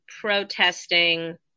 protesting